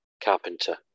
Carpenter